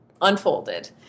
unfolded